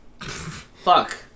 Fuck